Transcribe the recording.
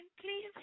please